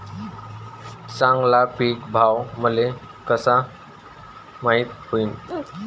चांगला पीक भाव मले कसा माइत होईन?